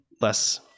less